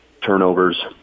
turnovers